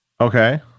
okay